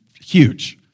huge